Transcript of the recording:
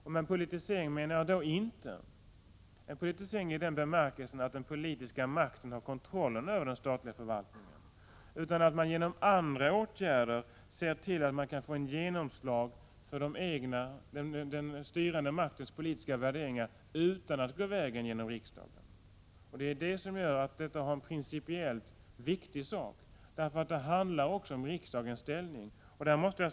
Och då menar jag inte en politisering i den bemärkelsen att den politiska makten har kontrollen över den statliga förvaltningen, utan att man genom andra åtgärder ser till att den styrande maktens politiska värderingar kan få genomslag utan att gå vägen via riksdagen. Det är det som gör att detta är en principiellt viktig sak. Det handlar också om riksdagens ställning.